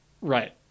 Right